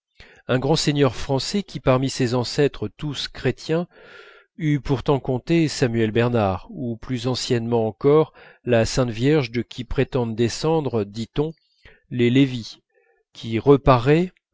un grand seigneur français qui parmi ses ancêtres tous chrétiens eût pourtant compté samuel bernard ou plus anciennement encore la sainte vierge de qui prétendent descendre dit-on les lévy qui reparaît